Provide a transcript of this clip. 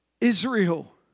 Israel